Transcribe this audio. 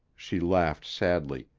she laughed sadly.